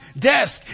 desk